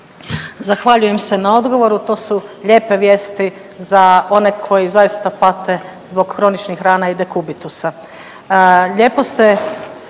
Zahvaljujem se na odgovoru. To su lijepe vijesti za one koji zaista pate zbog kroničnih rana i dekubitusa. Lijepo ste saželi